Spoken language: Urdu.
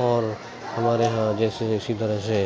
اور ہمارے یہاں جیسے اسی طرح سے